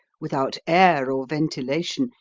without air or ventilation,